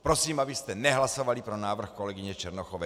Prosím, abyste nehlasovali pro návrh kolegyně Černochové.